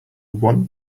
want